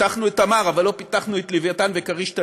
פיתחנו את "תמר" אבל לא פיתחנו את "לווייתן" ואת "כריש-תנין";